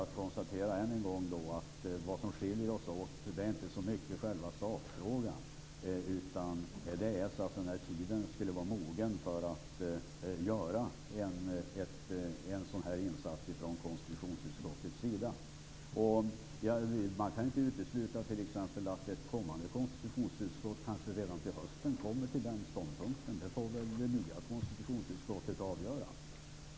Jag kan bara än en gång konstatera att vad som skiljer oss åt inte så mycket är själva sakfrågan utan när tiden skulle vara mogen för att göra en sådan insats från konstitutionsutskottets sida. Man kan t.ex. inte utesluta att ett kommande konstitutionsutskott kanske redan till hösten kommer till den ståndpunkten. Det får det nya konstitutionsutskottet avgöra.